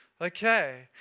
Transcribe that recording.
Okay